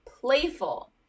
playful